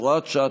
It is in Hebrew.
הוראת שעה,